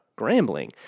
grambling